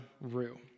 Rue